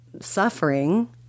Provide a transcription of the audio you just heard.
suffering